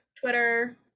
Twitter